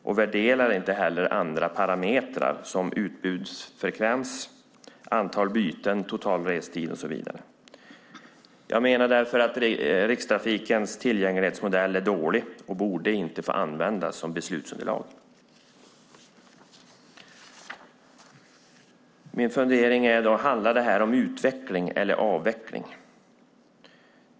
Man värderar inte heller andra parametrar som utbudsfrekvens, antal byten, total restid och så vidare. Jag menar därför att Rikstrafikens tillgänglighetsmodell är dålig och inte borde få användas som beslutsunderlag. Min fundering är: Handlar detta om utveckling eller avveckling?